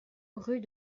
rue